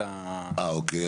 אוקיי.